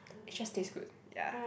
it just tastes good ya